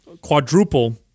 quadruple